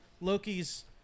Loki's